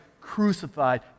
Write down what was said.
crucified